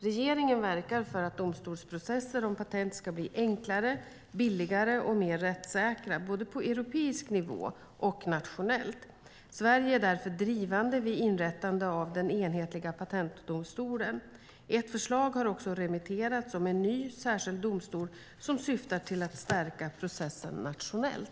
Regeringen verkar för att domstolsprocesser om patent ska bli enklare, billigare och mer rättssäkra, både på europeisk nivå och nationellt. Sverige är därför drivande vid inrättandet av den enhetliga patentdomstolen. Ett förslag har också remitterats om en ny särskild domstol som syftar till att stärka processen nationellt.